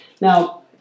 Now